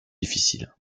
difficiles